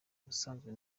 ubusanzwe